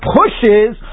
pushes